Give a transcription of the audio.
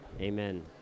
Amen